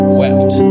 wept